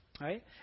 Right